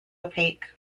opaque